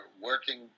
working